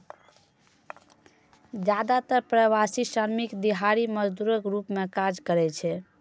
जादेतर प्रवासी श्रमिक दिहाड़ी मजदूरक रूप मे काज करै छै